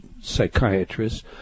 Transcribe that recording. psychiatrists